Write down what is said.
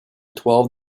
twelve